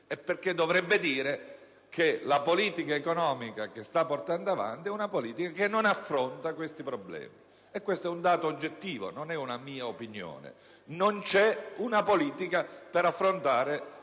e perché dovrebbe dire che la politica economica che sta portando avanti non affronta questi problemi. Anche questo è un dato oggettivo, non è una mia opinione: non c'è una politica per affrontare